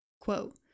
Quote